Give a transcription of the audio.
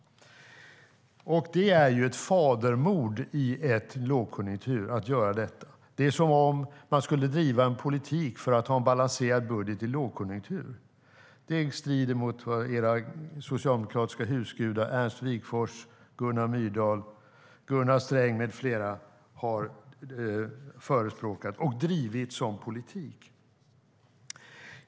Det är ju fadermord att göra detta i en lågkonjunktur. Det är som om man skulle driva en politik för att ha en balanserad budget i lågkonjunktur. Det strider mot vad era socialdemokratiska husgudar Ernst Wigforss, Gunnar Myrdal, Gunnar Sträng med flera har förespråkat och drivit som politik.